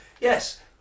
yes